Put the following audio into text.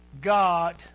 God